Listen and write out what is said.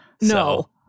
no